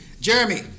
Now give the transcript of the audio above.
Jeremy